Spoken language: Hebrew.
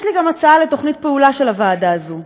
יש לי גם הצעה לתוכנית פעולה של הוועדה הזאת,